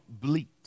bleat